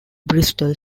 bristol